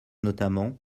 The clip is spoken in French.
notamment